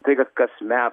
tai kad kasmet